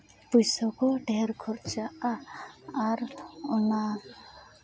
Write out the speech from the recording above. ᱯᱚᱭᱥᱟ ᱠᱚ ᱰᱷᱮᱨ ᱠᱷᱚᱨᱪᱟᱜᱼᱟ ᱟᱨ ᱚᱱᱟ